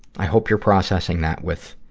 i hope you're processing that with